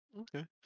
Okay